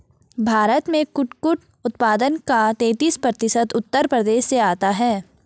भारत में कुटकुट उत्पादन का तेईस प्रतिशत उत्तर प्रदेश से आता है